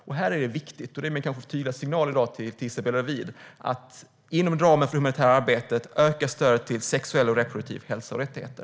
Det är viktigt - och det är min kanske tydligaste signal till Isabella Lövin i dag - att inom ramen för det humanitära arbetet öka stödet till sexuell och reproduktiv hälsa och rättigheter.